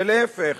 ולהיפך,